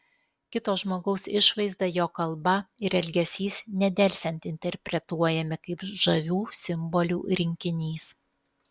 kito žmogaus išvaizda jo kalba ir elgesys nedelsiant interpretuojami kaip žavių simbolių rinkinys